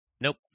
Nope